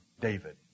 David